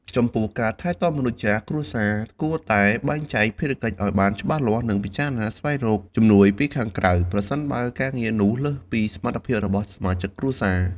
ចំពោះការថែទាំមនុស្សចាស់ គ្រួសារគួរតែបែងចែកភារកិច្ចឲ្យបានច្បាស់លាស់ និងពិចារណាស្វែងរកជំនួយពីខាងក្រៅ ប្រសិនបើការងារនោះលើសពីសមត្ថភាពរបស់សមាជិកគ្រួសារ។